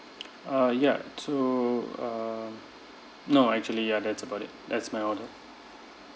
uh ya so uh no actually ya that's about it that's my order